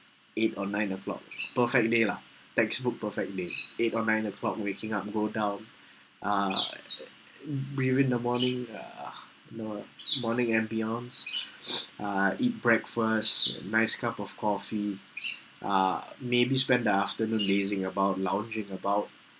eight or nine o'clock perfect day lah textbook perfect day eight or nine o'clock waking up go down uh mm breathing the morning uh mor~ morning and beyond uh eat breakfast a nice cup of coffee uh maybe spend the afternoon lazing lounging about